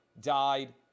died